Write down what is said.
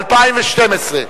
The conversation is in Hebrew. רשויות פיקוח,